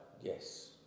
yes